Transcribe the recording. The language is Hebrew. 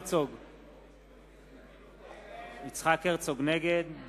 אני עובר לסעיף 88. לאחרי סעיף 88, הסתייגות